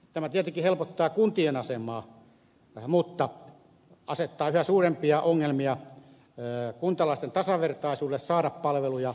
tämä tietenkin helpottaa kuntien asemaa mutta asettaa yhä suurempia ongelmia kuntalaisten tasavertaisuuteen saada palveluja